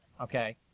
okay